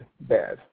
bad